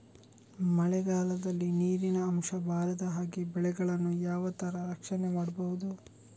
ಮಳೆಗಾಲದಲ್ಲಿ ನೀರಿನ ಅಂಶ ಬಾರದ ಹಾಗೆ ಬೆಳೆಗಳನ್ನು ಯಾವ ತರ ರಕ್ಷಣೆ ಮಾಡ್ಬಹುದು?